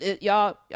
Y'all